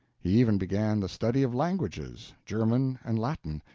he even began the study of languages, german and latin,